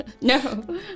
No